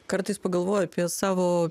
kartais pagalvoji apie savo